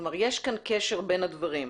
כלומר, יש כאן קשר בין הדברים.